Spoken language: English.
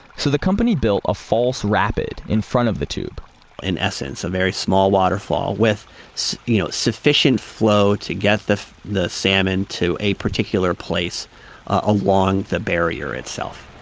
so the company built a false rapid, in front of the tube in essence, a very small waterfall with you know, sufficient flow to get the the salmon to a particular place along the barrier itself.